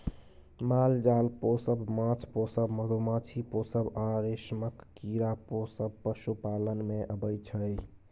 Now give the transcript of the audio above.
माल जाल पोसब, माछ पोसब, मधुमाछी पोसब आ रेशमक कीरा पोसब पशुपालन मे अबै छै